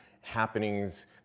happenings